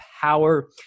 power